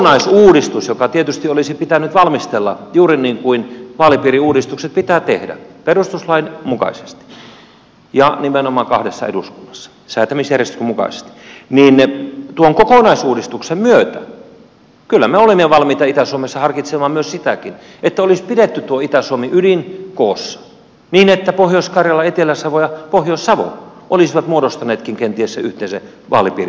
kokonaisuudistuksen joka tietysti olisi pitänyt valmistella juuri niin kuin vaalipiiriuudistukset pitää tehdä perustuslain mukaisesti ja nimenomaan kahdessa eduskunnassa säätämisjärjestyksen mukaisesti myötä me olimme kyllä jo valmiita itä suomessa harkitsemaan myös sitä että olisi pidetty tuo itä suomi ydinkoossa niin että pohjois karjala etelä savo ja pohjois savo olisivat muodostaneetkin kenties sen yhteisen vaalipiirialueen